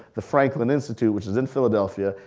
the franklin institute, which is in philadelphia.